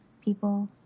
people